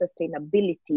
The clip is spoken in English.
sustainability